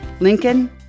Lincoln